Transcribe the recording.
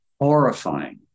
horrifying